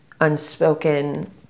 unspoken